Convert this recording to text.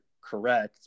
correct